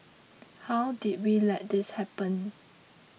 how did we let this happen